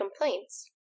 complaints